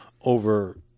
over